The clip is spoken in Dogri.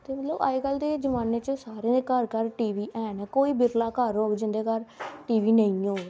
ते मतलब अज्जकल दे जमान्ने च सारे दे घर घर टी वी हैन कोई बिरला घर होग जिं'दे घर टी वी नेईं होग